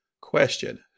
Question